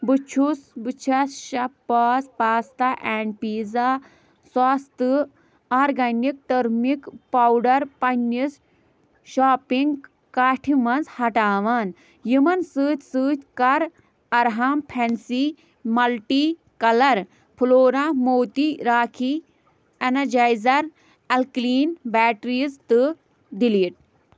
بہٕ چھُس بہٕ چھَس شےٚ پانٛژھ پاستا اینٛڈ پیٖزا ساس تہٕ آرگَنِک ٹٔرمِک پاوڈَر پنٛنِس شاپِنٛگ کاٹھِ منٛز ہَٹاوان یِمَن سۭتۍ سۭتۍ کَر اَرہام فٮ۪نسی مَلٹی کَلَر فٕلورا موتی راکھی اٮ۪نَجایزَر اٮ۪لکٕلیٖن بیٹریٖز تہٕ ڈِلیٖٹ